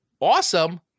awesome